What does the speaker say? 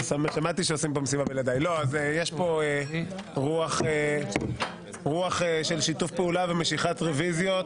יש פה רוח של שיתוף פעולה ומשיכת רוויזיות.